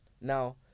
Now